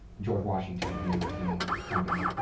george washington in the original company,